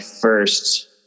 first